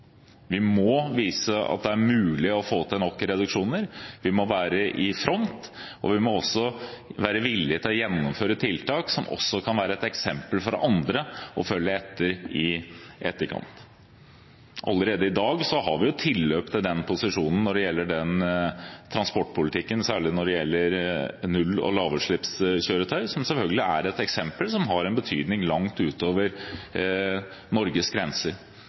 Vi må vise at det er mulig å få til nok reduksjoner, vi må være i front, og vi må også være villige til å gjennomføre tiltak som kan være et eksempel for andre, som de kan følge i etterkant. Allerede i dag har vi jo tilløp til den posisjonen innenfor transportpolitikken, særlig når det gjelder null- og lavutslippskjøretøy, som er et eksempel som selvfølgelig har betydning langt utover Norges grenser.